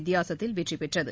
வித்தியாசத்தில் வெற்றி பெற்றது